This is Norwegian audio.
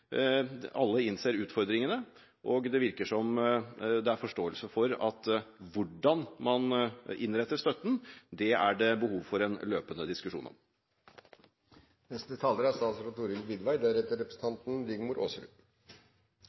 Alle innser utfordringene, og det virker som det er forståelse for at hvordan man innretter støtten, er det behov for en løpende diskusjon om. Det er